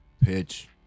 Pitch